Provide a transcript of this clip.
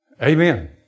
Amen